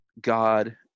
God